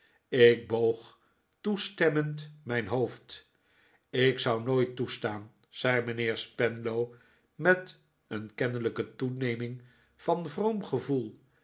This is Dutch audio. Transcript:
ik boog toestemmend mijn hoofd ik zou nooit toestaan zei mijnheer spenlow met een kennelijke toeneming van vroom gevoel